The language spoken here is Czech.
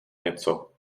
něco